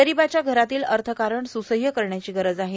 गरोबाच्या घरातील अथकारण स्सहय करण्याची गरज आहे